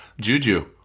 juju